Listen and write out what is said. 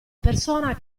persona